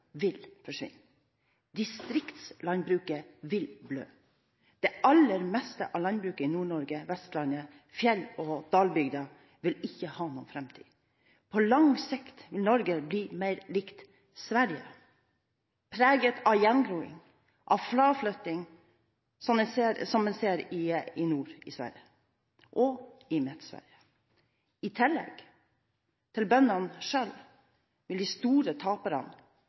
vil forsvinne. Distriktslandbruket vil blø. Det aller meste av landbruket i Nord-Norge, Vestlandet og fjell- og dalbygdene vil ikke ha noen framtid. På lang sikt vil Norge bli mer likt Sverige, preget av gjengroing og fraflytting, slik en ser i Nord- og Midt-Sverige. I tillegg til bøndene selv vil de store taperne